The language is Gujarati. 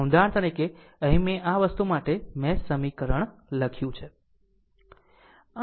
આમ ઉદાહરણ તરીકે અહીં મેં આ વસ્તુ માટે મેશ સમીકરણ લખ્યું છે